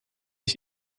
ich